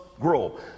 grow